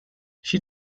she